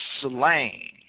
slain